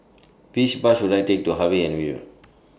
Which Bus should I Take to Harvey Avenue